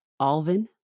Alvin